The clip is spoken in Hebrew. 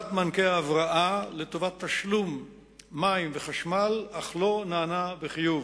מענקי ההבראה לטובת תשלום מים וחשמל אך לא נענה בחיוב.